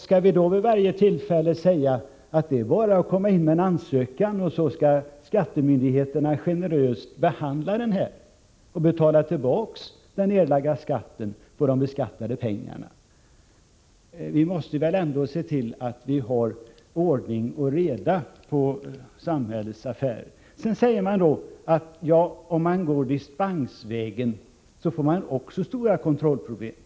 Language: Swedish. Skall vi då vid varje tillfälle säga att vederbörande bara har att komma in med en ansökan och att skattemyndigheterna sedan generöst skall behandla denna och betala tillbaks den erlagda skatten? Vi måste väl ändå se till att vi har ordning och reda i samhällets affärer. Det hävdas vidare att man även om man går dispensvägen får stora kontrollproblem.